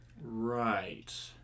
Right